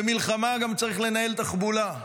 במלחמה צריך גם לנהל תחבולה.